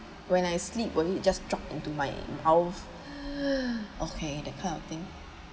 when I sleep will it just drop into my mouth okay that kind of thing